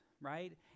right